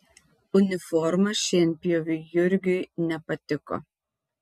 uniforma šienpjoviui jurgiui nepatiko